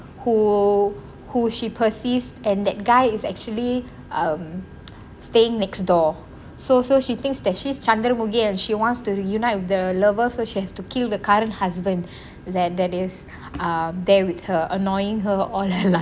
who who she persists and that guy is actually um staying next door so so she thinks that she's Chandramukhi and she wants to reunite with the lover so she has to kill the current husband that that is um there with her annoying her all her life